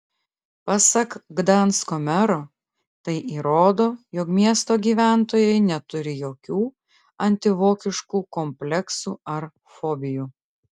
pasak gdansko mero tai įrodo jog miesto gyventojai neturi jokių antivokiškų kompleksų ar fobijų